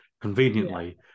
conveniently